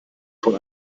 von